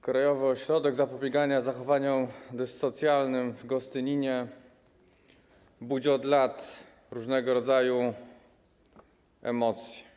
Krajowy Ośrodek Zapobiegania Zachowaniom Dyssocjalnym w Gostyninie budzi od lat różnego rodzaju emocje.